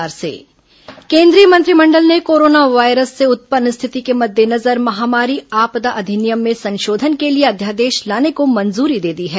corona cabinet स्वास्थ्य अध्यादेश केंद्रीय मंत्रिमंडल ने कोरोना वायरस से उत्पन्न स्थिति के मद्देनजर महामारी आपदा अधिनियम में संशोधन के लिए अध्यादेश लाने को मंजूरी दे दी है